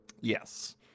yes